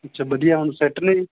ਅੱਛਾ ਵਧੀਆ ਹੁਣ ਸੈਟ ਨੇ ਜੀ